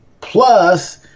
Plus